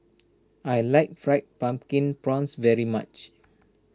I like Fried Pumpkin Prawns very much